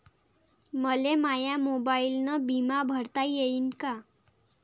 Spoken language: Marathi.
मले माया मोबाईलनं बिमा भरता येईन का?